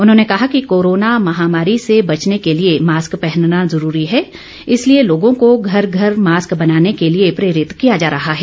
उन्होंने कहा कि कोरोना महामारी से बचने के लिए मास्क पहनना जरूरी है इसलिए लोगों को घर घर मास्क बनाने के लिए प्रेरित किया जा रहा है